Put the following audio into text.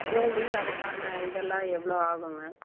கூலி அதுக்கான இதெல்லாம் எவ்வளோ ஆகும்ங்க